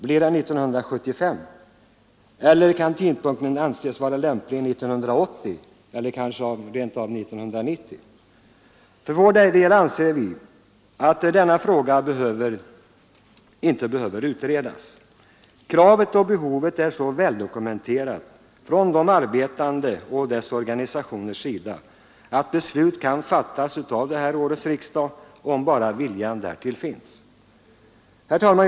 Blir det 1975 eller kan tidpunkten anses vara lämplig 1980 eller kanske rent av 1990? För vår del anser vi att denna fråga inte behöver utredas. Kravet och behovet är så väldokumenterade från de arbetande och deras organisationer att beslut kan fattas av detta års riksdag, om bara viljan därtill finns. Herr talman!